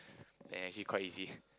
and actually quite easy